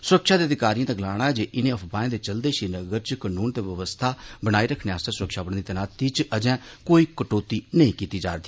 सुरक्षा दे अधिकारिएं दा गलाना ऐ जे इनें अफवाहें दे चलदे श्रीनगर च कनून ते व्यवस्था बनाई रक्खने आस्तै सुरक्षाबलें दी तैनाती च अर्जे कोई कटौती नेई कीती जाग